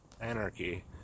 anarchy